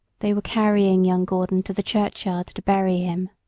they were carrying young gordon to the churchyard to bury him.